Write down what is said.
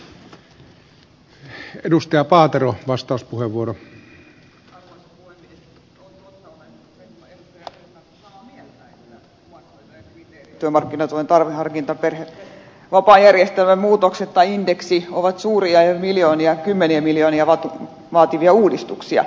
on totta olen edustaja rehulan kanssa samaa mieltä että omaishoitajuuden kriteerit työmarkkinatuen tarveharkinta perhevapaajärjestelmän muutokset ja indeksi ovat suuria ja kymmeniä miljoonia vaativia uudistuksia